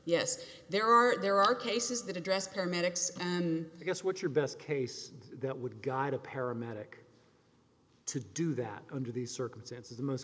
yes there are there are cases that address paramedics and guess what your best case that would guide a paramedic to do that under these circumstances